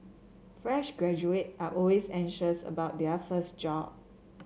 fresh graduate are always anxious about their first job